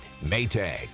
Maytag